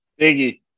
Biggie